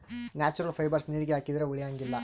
natural fibres ನೀರಿಗೆ ಹಾಕಿದ್ರೆ ಉಳಿಯಂಗಿಲ್ಲ